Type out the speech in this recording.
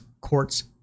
courts